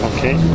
Okay